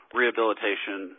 rehabilitation